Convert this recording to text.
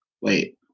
Wait